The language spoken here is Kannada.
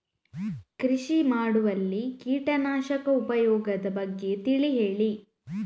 ಕೃಷಿ ಮಾಡುವಲ್ಲಿ ಕೀಟನಾಶಕದ ಉಪಯೋಗದ ಬಗ್ಗೆ ತಿಳಿ ಹೇಳಿ